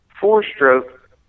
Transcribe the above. Four-stroke